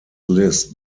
list